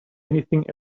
anything